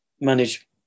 manage